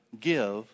give